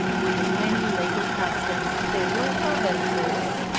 with as many legal customs as there were provinces,